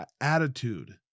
attitude